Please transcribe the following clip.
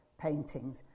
paintings